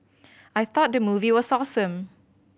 I thought the movie was awesome